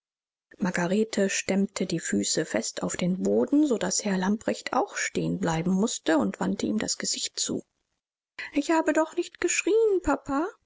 margarete stemmte die füße fest auf den boden so daß herr lamprecht auch stehen bleiben mußte und wandte ihm das gesicht zu ich habe doch nicht geschrieen papa